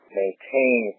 maintain